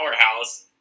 powerhouse